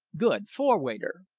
good! four, waiter.